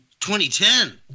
2010